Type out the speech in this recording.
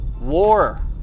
war